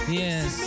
yes